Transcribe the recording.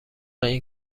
این